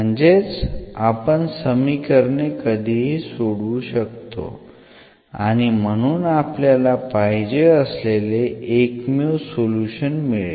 म्हणजेच आपण समीकरणे कधीही सोडवू शकतो आणि म्हणून आपल्याला पाहिजे असलेले एकमेव सोल्युशन मिळेल